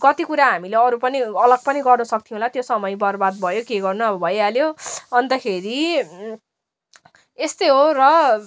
कति कुरा हामीले अरू पनि अलग पनि गर्नु सक्थ्यौँ होला त्यो समय बर्बाद भयो के गर्नु अब भइहाल्यो अन्तखेरि यस्तै हो र